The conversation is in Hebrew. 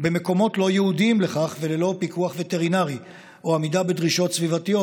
במקומות לא ייעודיים לכך וללא פיקוח וטרינרי או עמידה בדרישות סביבתיות,